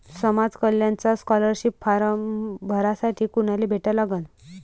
समाज कल्याणचा scholarship form भरासाठी कुनाले भेटा लागन?